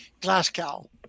Glasgow